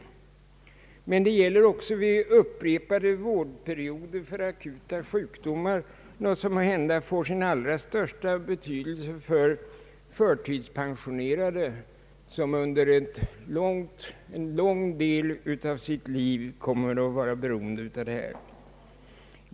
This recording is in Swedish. Men denna förlängning gäller också vid upprepade vårdperioder för akuta sjukdomar, något som måhända får sin allra största betydelse för förtidspensionerade, som under en stor del av livet kommer att vara beroende av detta system.